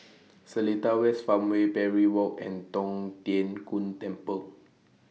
Seletar West Farmway Parry Walk and Tong Tien Kung Temple